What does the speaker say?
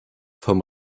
vom